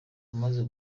wamaze